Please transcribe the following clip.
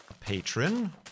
patron